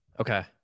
Okay